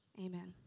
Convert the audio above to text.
Amen